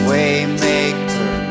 Waymaker